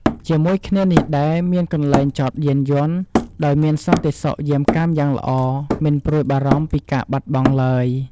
ជាមួយគ្នានេះដែរ មានកន្លែងចតយានយន្ត ដោយមានសន្តិសុខយាមកាមយ៉ាងល្អ មិនព្រួយបារម្ភពីការបាត់បង់ឡើយ។